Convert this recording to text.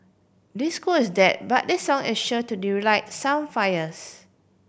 disco is dead but this song is sure to D relight some fires